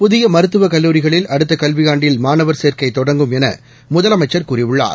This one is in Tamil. புதிய மருத்துவக் கல்லூரிகளில் அடுத்த கல்வியாண்டில் மாணவர் சேர்க்கை தொடங்கும் என முதலமைச்சர் கூறியுள்ளார்